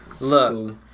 Look